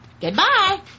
Goodbye